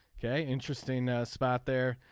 ok. interesting spot there.